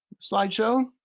slide show.